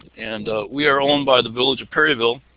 and we are owned by the village of perryville.